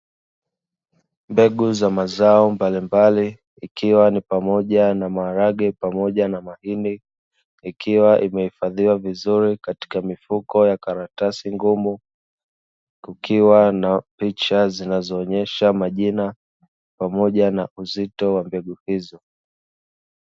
Mbegu za mazao mbalimbali, ikiwa ni pamoja na maharage pamoja na mahindi, ikiwa imehifadhiwa vizuri katika mifuko ya karatasi ngumu, kukiwa na picha zinazoonyesha majina pamoja na uzito wa mbegu hizo.